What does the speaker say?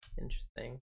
Interesting